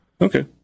Okay